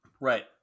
Right